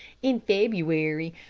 in february,